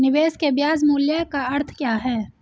निवेश के ब्याज मूल्य का अर्थ क्या है?